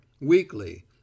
weekly